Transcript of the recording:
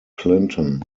clinton